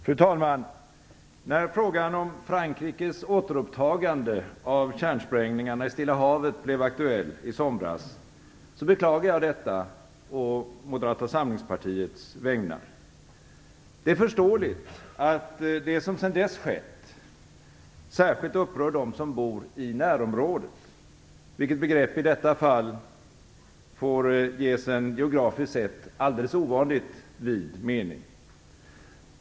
Fru talman! När frågan om Frankrikes återupptagande av kärnsprängningarna i Stilla havet blev aktuell i somras beklagade jag detta å Moderata samlingspartiets vägnar. Det är förståeligt att det som sedan dess skett särskilt upprör dem som bor i närområdet, vilket begrepp i detta fall får ges en geografiskt sett alldeles ovanligt vid mening.